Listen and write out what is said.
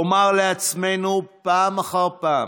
ולומר לעצמנו פעם אחר פעם: